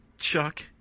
Chuck